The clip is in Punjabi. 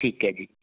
ਠੀਕ ਹੈ ਜੀ